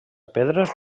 pedres